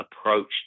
approach